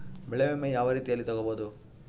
ಬೆಳೆ ವಿಮೆ ಯಾವ ರೇತಿಯಲ್ಲಿ ತಗಬಹುದು?